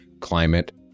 climate